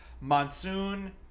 monsoon